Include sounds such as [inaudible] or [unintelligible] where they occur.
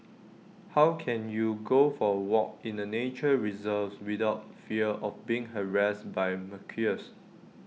how can you go for A walk in A nature reserve without fear of being harassed by [unintelligible]